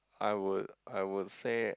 I would I would say it